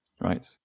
Right